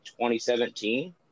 2017